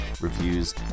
reviews